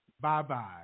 Bye-bye